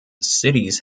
cities